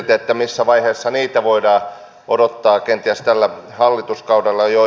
missä vaiheessa niitä voidaan odottaa kenties tällä hallituskaudella jo